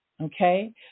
Okay